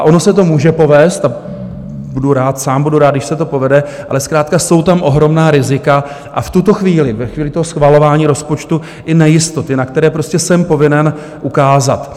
Ono se to může povést a budu rád, sám budu rád, když se to povede, ale zkrátka jsou tam ohromná rizika, a v tuto chvíli, ve chvíli schvalování rozpočtu, i nejistoty, na které prostě jsem povinen ukázat.